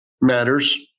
matters